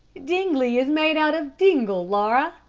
dingley is made out of dingle, laura.